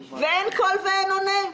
ואין קול ואין עונה.